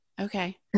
Okay